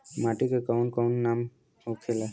माटी के कौन कौन नाम होखे ला?